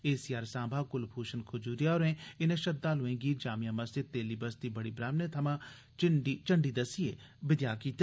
ए C R Samba Kulbhushan Khajuria होरें इन श्रद्धालुएं गी जामिया मस्जिद तेली बस्ती बड़ी ब्राह्मणा थमां झंडी दस्सिए विदेआ कीता